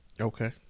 Okay